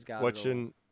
watching